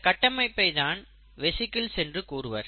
இந்த கட்டமைப்பை தான் வெசிக்கில்ஸ் என்று கூறுவர்